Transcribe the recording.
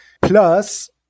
Plus